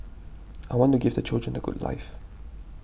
I want to give the children a good life